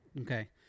Okay